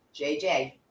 JJ